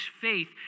faith